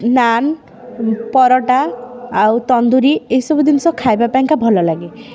ନାନ୍ ପରଟା ଆଉ ତନ୍ଦୁରି ଏସବୁ ଜିନିଷ ଖାଇବା ପାଇଁକା ଭଲ ଲାଗେ